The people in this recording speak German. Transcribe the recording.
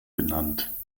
benannt